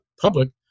public